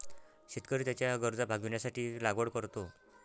शेतकरी त्याच्या गरजा भागविण्यासाठी लागवड करतो